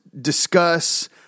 discuss